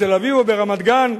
בתל-אביב או ברמת-גן,